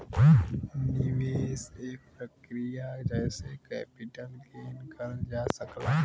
निवेश एक प्रक्रिया जेसे कैपिटल गेन करल जा सकला